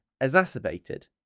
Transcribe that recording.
exacerbated